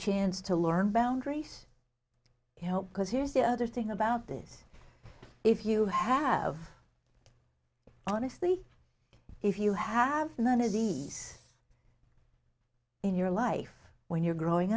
chance to learn boundaries you know because here's the other thing about this if you have honestly if you have none izzy's in your life when you're growing